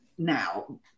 now